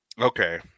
okay